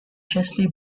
chesley